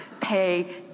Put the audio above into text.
pay